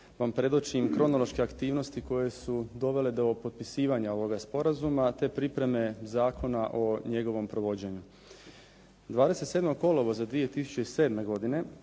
vam predočim kronološke aktivnosti koje su dovele do potpisivanja ovoga sporazuma te pripreme zakona o njegovom provođenju. 27. kolovo9za 2007. godine